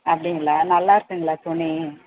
அப்படிங்களா நல்லாயிருக்குங்களா துணி